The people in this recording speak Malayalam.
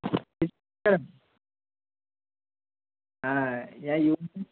ഞാൻ